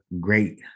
great